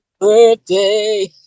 Birthday